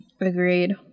Agreed